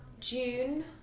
June